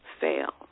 fail